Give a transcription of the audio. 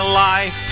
life